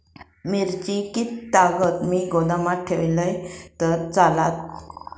मिरची कीततागत मी गोदामात ठेवलंय तर चालात?